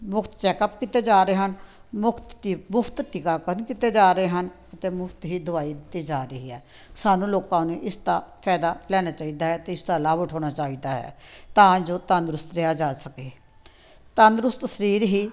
ਮੁਫ਼ਤ ਚੈੱਕਅਪ ਕੀਤੇ ਜਾ ਰਹੇ ਹਨ ਮੁਕਤ ਫ਼ ਮੁਫ਼ਤ ਟੀਕਾਕਰਨ ਕੀਤੇ ਜਾ ਰਹੇ ਹਨ ਅਤੇ ਮੁਫ਼ਤ ਹੀ ਦਵਾਈ ਦਿੱਤੀ ਜਾ ਰਹੀ ਹੈ ਸਾਨੂੰ ਲੋਕਾਂ ਨੂੰ ਇਸ ਦਾ ਫਾਇਦਾ ਲੈਣਾ ਚਾਹੀਦਾ ਹੈ ਅਤੇ ਇਸ ਦਾ ਲਾਭ ਉਠਾਉਣਾ ਚਾਹੀਦਾ ਹੈ ਤਾਂ ਜੋ ਤੰਦਰੁਸਤ ਰਿਹਾ ਜਾ ਸਕੇ ਤੰਦਰੁਸਤ ਸਰੀਰ ਹੀ